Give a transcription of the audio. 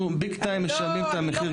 אנחנו ביג טיים משלמים את המחיר, גברתי.